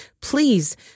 Please